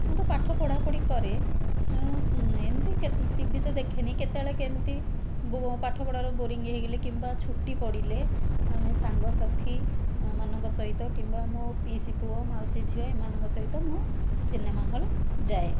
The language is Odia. ମୁଁ ତ ପାଠ ପଢ଼ାପଢ଼ି କରେ ଏମତି ଟିଭି ତ ଦେଖେନି କେତେବେଳେ କେମତି ବୋ ପାଠ ପଢ଼ାରୁ ବୋରିଂ ହେଇଗଲେ କିମ୍ବା ଛୁଟି ପଡ଼ିଲେ ଆମେ ସାଙ୍ଗ ସାଥିମାନଙ୍କ ସହିତ କିମ୍ବା ମୁଁ ପିଉଷି ପୁଅ ମାଉସି ଝିଅ ଏମାନଙ୍କ ସହିତ ମୁଁ ସିନେମା ହଲ୍ ଯାଏ